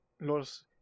Los